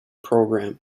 program